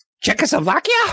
Czechoslovakia